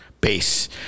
base